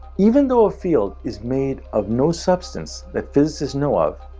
even though a field is made of no substance that physicists know of,